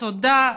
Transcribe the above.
תודה,